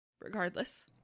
regardless